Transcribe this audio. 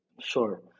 Sure